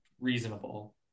reasonable